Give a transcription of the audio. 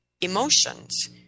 emotions